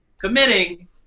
committing